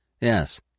Yes